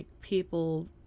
people